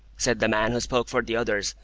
said the man who spoke for the others,